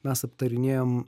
mes aptarinėjam